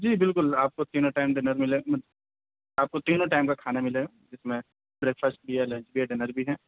جی بالکل آپ کو تینوں ٹائم ڈنر ملے آپ کو تینوں ٹائم کا کھانا ملے جس میں بریک فاسٹ بھی ہے لنچ بھی ہے ڈنر بھی ہے